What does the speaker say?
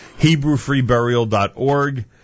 HebrewFreeburial.org